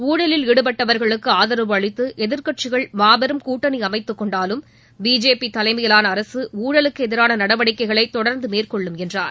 ஊழலில் ஈடுபட்டவர்களுக்கு ஆதரவு அளித்து எதிர்க்கட்சிகள் மாபெரும் கூட்டணி அமைத்துக் கொண்டாலும் பிஜேபி தலைமையிலான அரசு ஊழலுக்கு எதிரான நடவடிக்கைகளை தொடர்ந்து மேற்கொள்ளும் என்றார்